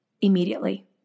immediately